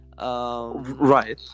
right